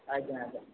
ଆଜ୍ଞା ଆଜ୍ଞା